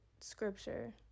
scripture